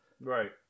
Right